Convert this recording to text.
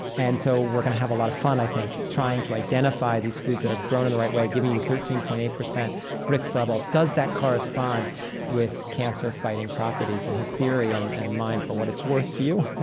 and so we're going to have a lot of fun, i think, trying to identify these foods that are grown in the right way and giving you thirteen point eight percent brix level. does that correspond with cancer-fighting properties? and his theory and and mine, for what it's worth to you,